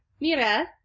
Mira